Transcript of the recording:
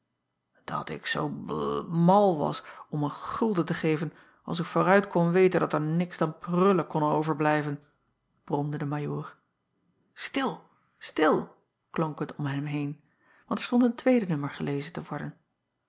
at ik zoo bl mal was om een gulden te geven als ik vooruit kon weten dat er niks dan prullen konnen overblijven bromde de ajoor til stil klonk het om hem heen want er stond een tweede nummer gelezen te worden